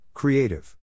Creative